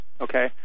okay